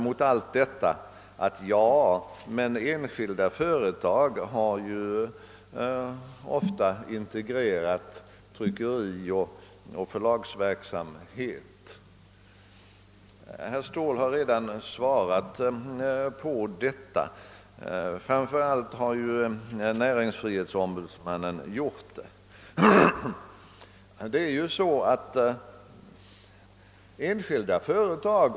Mot allt detta invänder man: Ja, men enskilda företag har ju ofta integrerat tryckerioch förlagsverksamhet. Herr Ståhl har redan svarat på denna invändning, men framför allt har näringsfrihetsombudsmannen gjort det.